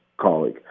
colleague